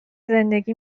زندگی